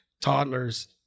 toddlers